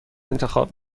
انتخاب